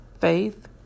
faith